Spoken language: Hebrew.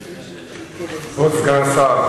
כבוד סגן השר,